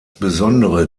besondere